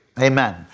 Amen